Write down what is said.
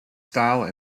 style